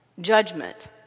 judgment